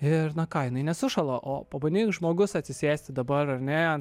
ir na ką jinai nesušąla o pabandyk žmogus atsisėsti dabar ar ne